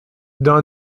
dans